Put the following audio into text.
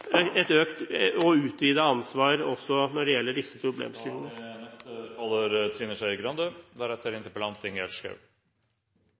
et økt og utvidet ansvar også når det gjelder disse